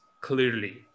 clearly